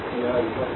तो यह ऊपर है